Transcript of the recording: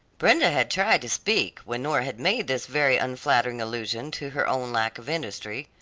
brenda had tried to speak when nora had made this very unflattering allusion to her own lack of industry,